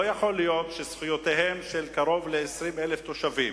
לא יכול להיות שזכויותיהם של קרוב ל-20,000 תושבים,